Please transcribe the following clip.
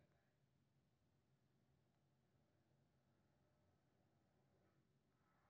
जोखिम मुक्त ब्याज दर मे निवेशक शून्य जोखिम बला निवेश पर कमाइ के उम्मीद करै छै